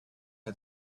had